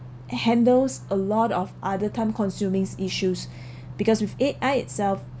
handles a lot of other time consuming issues because with A_I itself